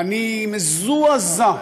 אני מזועזע,